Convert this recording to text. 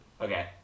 Okay